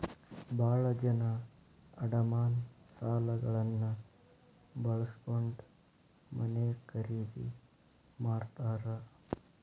ಭಾಳ ಜನ ಅಡಮಾನ ಸಾಲಗಳನ್ನ ಬಳಸ್ಕೊಂಡ್ ಮನೆ ಖರೇದಿ ಮಾಡ್ತಾರಾ